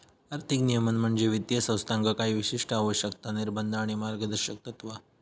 आर्थिक नियमन म्हणजे वित्तीय संस्थांका काही विशिष्ट आवश्यकता, निर्बंध आणि मार्गदर्शक तत्त्वा